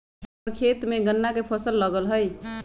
हम्मर खेत में गन्ना के फसल लगल हई